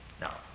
Now